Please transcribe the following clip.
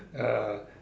ya